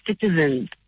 citizens